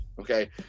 okay